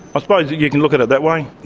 but you you can look at it that way.